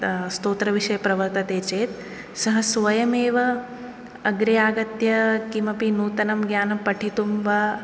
स्तोत्रविषये प्रवर्तते चेत् सः स्वयमेव अग्रे आगत्य किमपि नूतनं ज्ञानं पठितुं वा